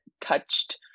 touched